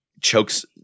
chokes